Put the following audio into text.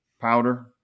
powder